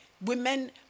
women